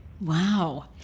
Wow